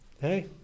Hey